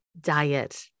diet